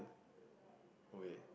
oh wait